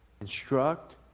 Instruct